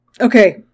okay